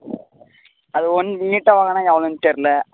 அது ஒன்று நீட்டாக வாங்கினா எவ்வளோன்னு தெரில